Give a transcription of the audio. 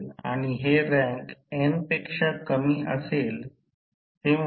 हा कोन ∅२ देखील कर्सरकडे पाहत असेल तो हे करू शकतो भूमिती